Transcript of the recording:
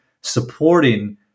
supporting